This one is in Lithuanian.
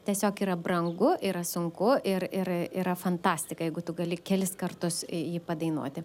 tiesiog yra brangu yra sunku ir ir yra fantastika jeigu tu gali kelis kartus jį padainuoti